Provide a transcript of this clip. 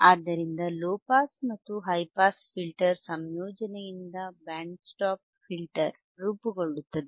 ಆದ್ದರಿಂದ low pass ಮತ್ತು high pass filter ಸಂಯೋಜನೆಯಿಂದ ಬ್ಯಾಂಡ್ ಸ್ಟಾಪ್ ಫಿಲ್ಟರ್ ರೂಪುಗೊಳ್ಳುತ್ತದೆ